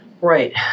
Right